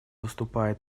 выступает